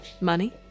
Money